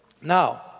Now